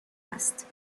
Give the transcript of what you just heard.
است